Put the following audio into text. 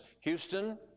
Houston